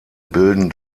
bilden